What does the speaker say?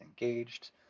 engaged